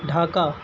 Dhaka